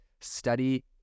study